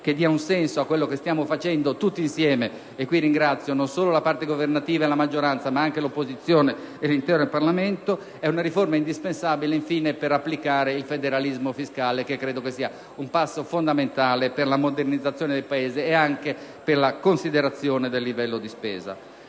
che dia un senso a ciò che stiamo facendo tutti insieme. E qui ringrazio non la parte governativa e la maggioranza, ma anche l'opposizione e l'intero Parlamento. È una riforma indispensabile, infine, per applicare il federalismo fiscale, che credo sia un passo fondamentale per la modernizzazione del Paese e anche per la considerazione del livello di spesa.